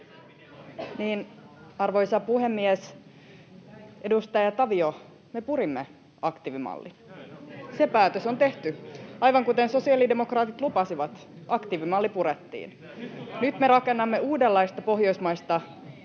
Arvoisa puhemies! Edustaja Tavio, me purimme aktiivimallin. Se päätös on tehty. Aivan kuten sosiaalidemokraatit lupasivat, aktiivimalli purettiin. [Perussuomalaisten ryhmästä: